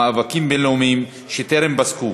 במאבקים בין-לאומיים שטרם פסקו